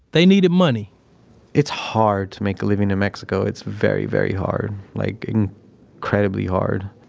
they needed money it's hard to make living in mexico. it's very, very hard. like incredibly hard